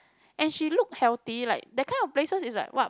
and she look healthy like that kind of places is like what